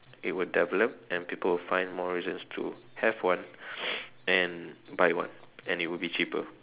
it would develop and people will find more reasons to have one and buy one and it will be cheaper